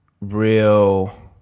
real